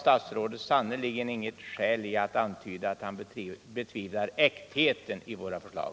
Statsrådet har sannerligen inget fog för att betvivla iktheten i våra förslag.